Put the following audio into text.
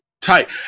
tight